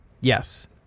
yes